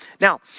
Now